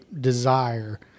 desire